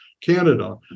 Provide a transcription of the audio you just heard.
Canada